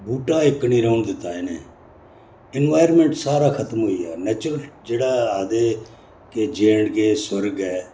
बूह्टा इक नेईं रौह्न दित्ता इ'नें इन्वायरनमैंट सारा खत्म होई गेआ नेच्चर जेह्ड़ा आखदे के जे एण्ड के सुर्ग ऐ